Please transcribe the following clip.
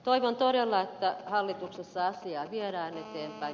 toivon todella että hallituksessa asiaa viedään eteenpäin